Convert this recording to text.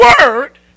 word